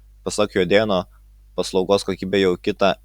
pasak juodėno paslaugos kokybė jau kita